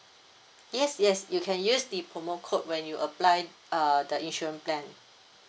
yes yes you can use the promo code when you apply err the insurance plan